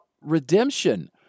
redemption